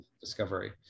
discovery